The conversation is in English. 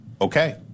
Okay